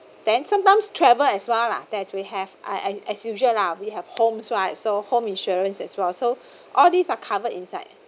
then sometimes travel as well lah that we have I as usual lah we have homes right so home insurance as well so all these are covered inside